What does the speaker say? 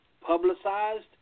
publicized